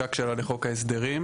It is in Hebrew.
והממשק שלה לחוק ההסדרים.